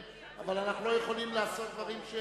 אבל אנחנו לא יכולים לעשות דברים.